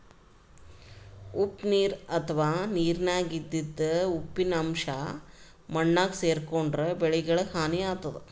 ಉಪ್ಪ್ ನೀರ್ ಅಥವಾ ನೀರಿನ್ಯಾಗ ಇದ್ದಿದ್ ಉಪ್ಪಿನ್ ಅಂಶಾ ಮಣ್ಣಾಗ್ ಸೇರ್ಕೊಂಡ್ರ್ ಬೆಳಿಗಳಿಗ್ ಹಾನಿ ಆತದ್